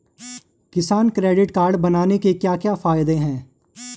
किसान credit card बनाने के क्या क्या फायदे हैं?